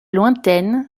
lointaine